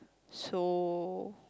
so